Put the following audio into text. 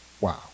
wow